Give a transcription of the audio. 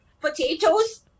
potatoes